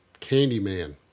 Candyman